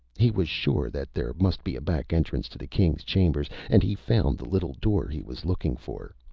he was sure that there must be a back entrance to the king's chambers, and he found the little door he was looking for.